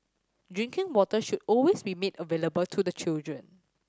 drinking water should always be made available to the children